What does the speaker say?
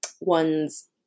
one's